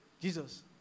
Jesus